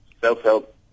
self-help